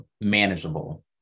manageable